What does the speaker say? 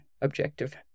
objective